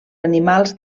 animals